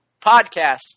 podcast